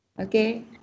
Okay